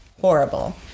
Horrible